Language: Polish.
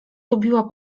lubiła